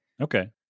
Okay